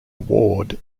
ward